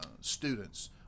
students